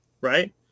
Right